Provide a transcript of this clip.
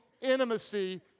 intimacy